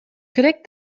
керек